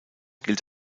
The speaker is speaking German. gilt